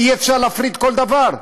אי-אפשר להפריט כל דבר.